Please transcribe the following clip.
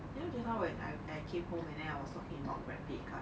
ya just now when I when I just came home and then I was talking about grab pay car